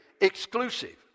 exclusive